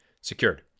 secured